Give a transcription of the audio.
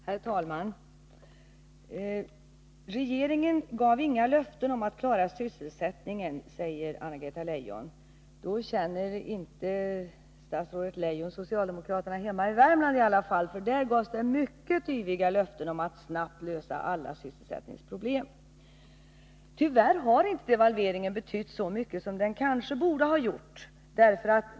Herr talman! Regeringen gav inga löften att klara sysselsättningen, säger Anna-Greta Leijon. Då känner statsrådet Leijon inte socialdemokraterna hemma i Värmland i alla fall, för där gavs mycket tydliga löften om att man skulle lösa alla sysselsättningsproblem. Tyvärr har devalveringen inte betytt så mycket som den kanske borde ha gjort.